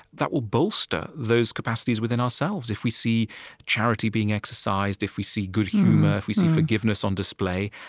that will bolster those capacities within ourselves. if we see charity being exercised, if we see good humor, if we see forgiveness on display,